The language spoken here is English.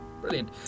Brilliant